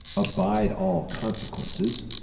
abide all consequences,